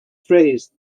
phrase